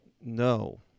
No